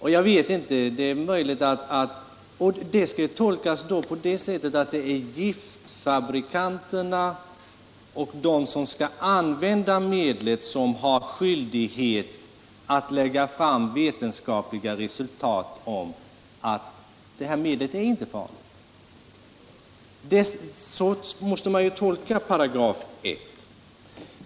Då måste man tolka 1 § på det sättet att det är giftfabrikanterna och de som skall använda medlet som har skyldighet att lägga fram vetenskapliga resultat som visar att medlet inte är farligt.